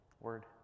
word